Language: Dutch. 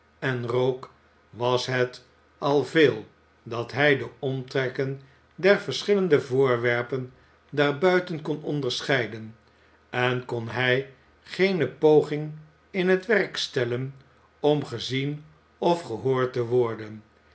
en rook was het al veel dat hij de omtrekken der verschillende voorwerpen daar buiten kon onderscheiden en kon hij geene poging in t werk stellen om gezien of gehoord te worden